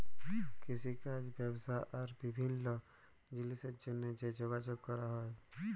কিষিকাজ ব্যবসা আর বিভিল্ল্য জিলিসের জ্যনহে যে যগাযগ ক্যরা হ্যয়